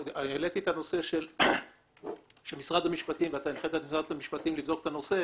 העליתי את הנושא ואתה הנחית את משרד המשפטים לבדוק את הנושא